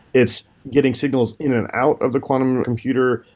it's getting signals in an out of the quantum computer.